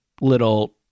little